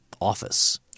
office